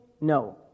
No